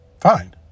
Fine